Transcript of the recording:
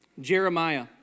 Jeremiah